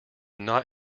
not